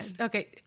okay